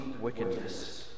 wickedness